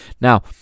now